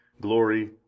glory